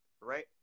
right